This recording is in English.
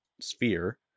sphere